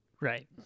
Right